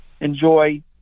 enjoy